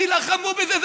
תילחמו בזה.